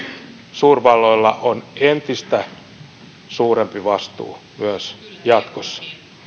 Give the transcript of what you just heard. suurvalloilla on entistä suurempi vastuu myös jatkossa